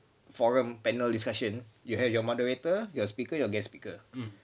forum panel discussion you have your moderator your speaker your guest speaker